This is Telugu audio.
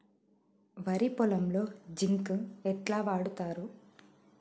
వరి పొలంలో జింక్ ఎట్లా వాడుతరు?